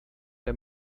der